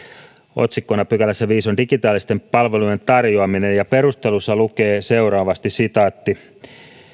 otsikkona on digitaalisten palvelujen tarjoaminen ja perusteluissa lukee seuraavasti